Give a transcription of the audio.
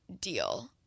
deal